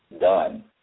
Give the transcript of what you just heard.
done